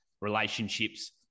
relationships